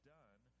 done